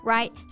Right